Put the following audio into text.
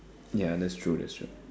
ya that's true that's true